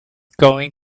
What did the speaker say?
going